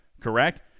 Correct